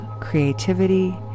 creativity